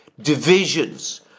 divisions